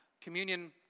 communion